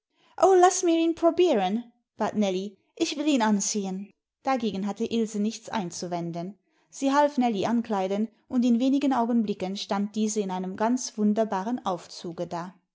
o laß mir ihn probieren bat nellie ich will ihn anziehen dagegen hatte ilse nichts einzuwenden sie half nellie ankleiden und in wenigen augenblicken stand diese in einem ganz wunderbaren aufzuge da